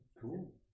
Cool